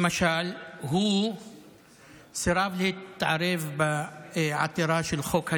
למשל, הוא סירב להתערב בעתירה של חוק הלאום,